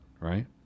Right